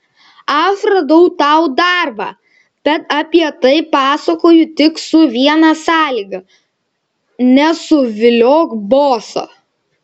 aš radau tau darbą bet apie tai pasakoju tik su viena sąlyga nesuviliok boso